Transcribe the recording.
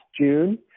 June